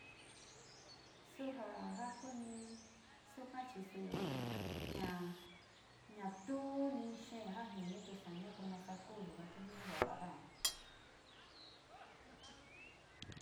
Su ja, ja kuni suka chi su ñaa, ña tuuni in xee ja jinitu saña ko nasa ku ya tu jini va, va´a daun.